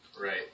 Right